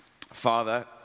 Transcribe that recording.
Father